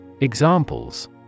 Examples